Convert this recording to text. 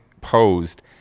posed